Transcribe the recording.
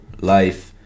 life